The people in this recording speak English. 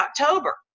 October